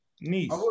Nice